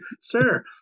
sir